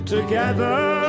Together